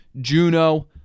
juno